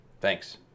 Thanks